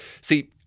See